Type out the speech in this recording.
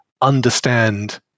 understand